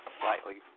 slightly